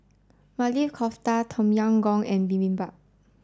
Maili Kofta Tom Yam Goong and Bibimbap